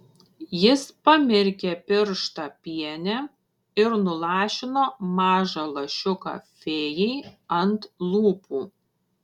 jis pamirkė pirštą piene ir nulašino mažą lašiuką fėjai ant lūpų